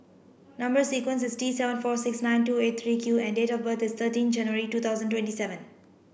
number sequence is T seven four six nine two eight three Q and date of birth is thirteen January two thousand twenty seven